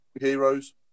heroes